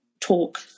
talk